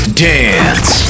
dance